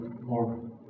more